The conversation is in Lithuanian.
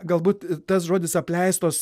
galbūt tas žodis apleistos